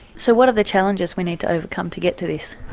so what are the challenges we need to overcome to get to this?